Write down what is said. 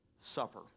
supper